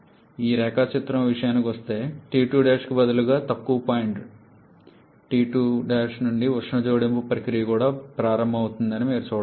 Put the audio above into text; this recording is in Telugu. ఈ రేఖాచిత్రం విషయానికొస్తే T2 కి బదులుగా తక్కువ పాయింట్ T2 నుండి ఉష్ణ జోడింపు ప్రక్రియ కూడా ప్రారంభమవుతుందని మీకు చూడవచ్చు